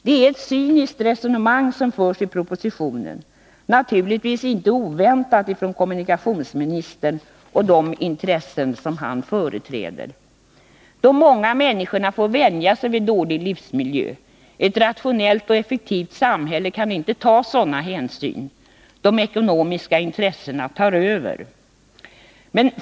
Det är ett cyniskt resonemang som förs i propositionen, naturligtvis inte oväntat, från kommunikationsministern och de intressen han företräder. De många människorna får vänja sig vid dålig livsmiljö — ett rationellt och 73 effektivt samhälle kan inte ta sådana hänsyn. De ekonomiska intressena tar över.